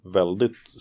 väldigt